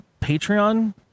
Patreon